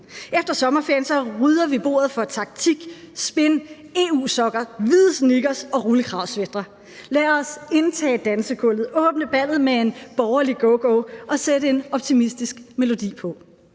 Efter sommerferien rydder vi bordet for taktik, spin, EU-sokker, hvide sneakers og rullekravesweatre. Lad os indtage dansegulvet, åbne ballet med en borgerlig go-go og sætte en optimistisk melodi på.